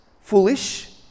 foolish